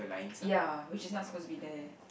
ya which is not supposed to be there